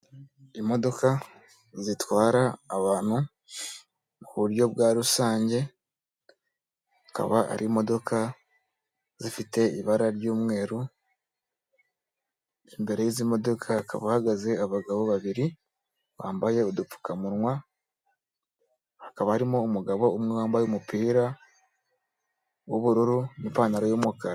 Imodoka zitwara abantu ku buryo bwa rusange akaba ari imodoka zifite ibara ry'umweru, imbere y'izi modoka hakaba hahagaze abagabo babiri bambaye udupfukamunwa hakaba harimo umugabo umwe wambaye umupira w'ubururu n'ipantaro y'umukara.